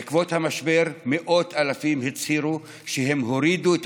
בעקבות המשבר מאות אלפים הצהירו שהם הורידו את